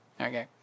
okay